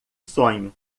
sonho